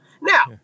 Now